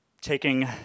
taking